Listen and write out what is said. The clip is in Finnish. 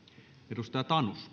arvoisa herra puhemies